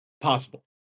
possible